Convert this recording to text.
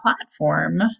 platform